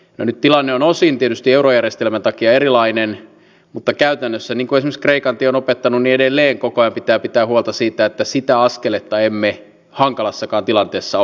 nyt tilanne on osin tietysti eurojärjestelmän takia erilainen mutta käytännössä niin kuin kreikan tiedot että moni edelleen koko eu pitää pitää huolta siitä että sitä askeletta emme hankalassakaan tilanteessa